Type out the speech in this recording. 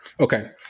Okay